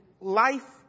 life